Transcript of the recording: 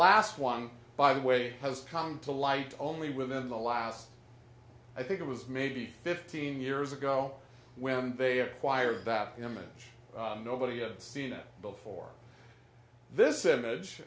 last one by the way has come to light only within the last i think it was maybe fifteen years ago when they acquired that image nobody had seen it before this image